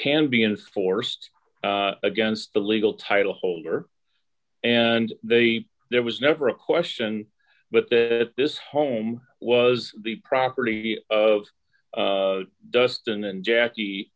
can be enforced against the legal title holder and they there was never a question but that this home was the property of dustin and jackie